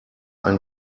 ein